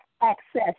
access